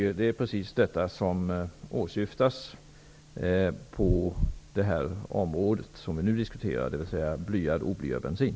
Det är detta som åsyftas när det gäller det som vi nu diskuterar, dvs. blyad och oblyad bensin.